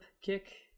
kick